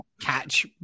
catch